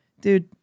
dude